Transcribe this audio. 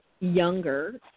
Younger